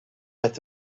met